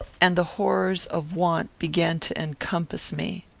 and the horrors of want began to encompass me.